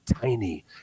tiny